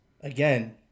again